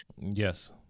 Yes